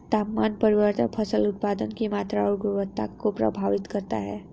तापमान परिवर्तन फसल उत्पादन की मात्रा और गुणवत्ता को प्रभावित करता है